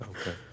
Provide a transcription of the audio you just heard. Okay